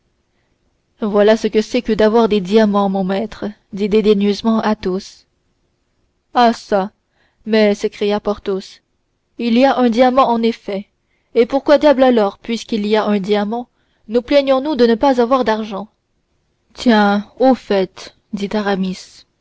voilà ce que c'est que d'avoir des diamants mon maître dit dédaigneusement athos ah çà mais s'écria porthos il y a un diamant en effet et pourquoi diable alors puisqu'il y a un diamant nous plaignonsnous de ne pas avoir d'argent tiens au fait dit